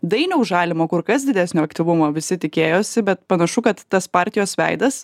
dainiaus žalimo kur kas didesnio aktyvumo visi tikėjosi bet panašu kad tas partijos veidas